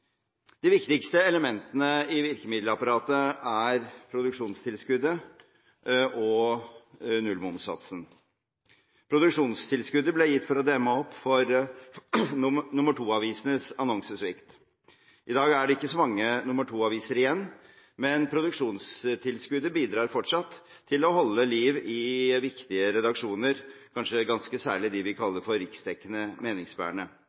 De viktigste elementene i virkemiddelapparatet er produksjonstilskuddet og nullmomssatsen. Produksjonstilskuddet ble gitt for å demme opp for nr. 2-avisenes annonsesvikt. I dag er det ikke så mange nr. 2-aviser igjen, men produksjonstilskuddet bidrar fortsatt til å holde liv i viktige redaksjoner, kanskje ganske særlig for de aviser vi kaller riksdekkende meningsbærende,